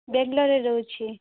ବ୍ୟାଙ୍ଗଲୋର୍ରେ ରହୁଛି